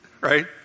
right